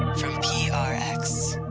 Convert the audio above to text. from prx